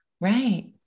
Right